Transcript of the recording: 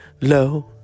low